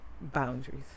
boundaries